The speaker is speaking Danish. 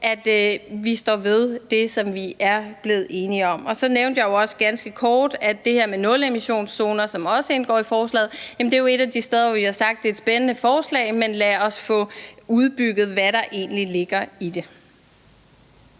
at vi står ved det, som der er enighed om. Og så nævnte jeg jo også ganske kort, at det her med nulemissionszoner, som også indgår i forslaget, er et af de steder, hvor vi har sagt, at det er et spændende forslag. Men lad os få uddybet, hvad der egentlig ligger i det.